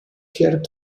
pierre